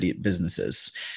businesses